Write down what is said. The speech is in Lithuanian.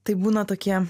tai būna tokie